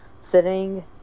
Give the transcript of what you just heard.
sitting